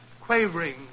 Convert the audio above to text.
quavering